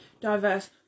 diverse